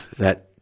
that,